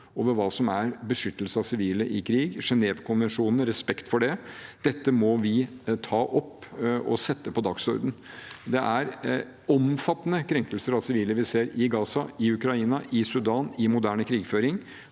er dyp uro over beskyttelse av sivile i krig og Genèvekonvensjonene og respekt for det. Dette må vi ta opp og sette på dagsordenen. Det er omfattende krenkelser av sivile vi ser i Gaza, i Ukraina, i Sudan, i moderne krigføring,